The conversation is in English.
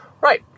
Right